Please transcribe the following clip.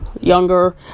Younger